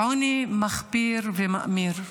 עוני מחפיר ומאמיר,